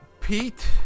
Pete